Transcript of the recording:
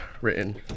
written